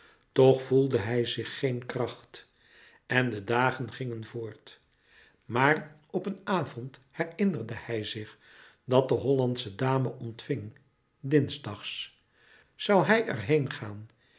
toch voelde hij zich geen kracht en de dagen gingen voort maar op een avond herinnerde hij zich dat de hollandsche dame ontving dinsdags zoû hij er heen gaan